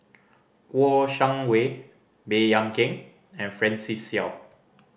Kouo Shang Wei Baey Yam Keng and Francis Seow